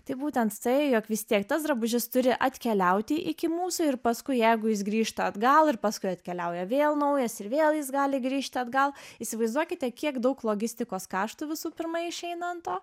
tai būtent tai jog vis tiek tas drabužis turi atkeliauti iki mūsų ir paskui jeigu jis grįžta atgal ir paskui atkeliauja vėl naujas ir vėl jis gali grįžti atgal įsivaizduokite kiek daug logistikos kaštų visų pirma išeina ant to